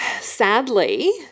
Sadly